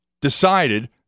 decided